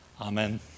Amen